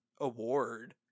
award